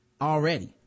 already